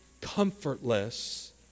comfortless